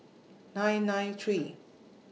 nine nine three